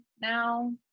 now